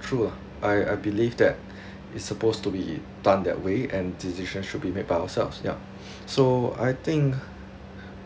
true uh I I believe that is suppose to be done that way and decision should be made by ourselves yup so I think